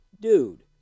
dude